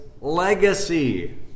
legacy